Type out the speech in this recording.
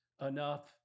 enough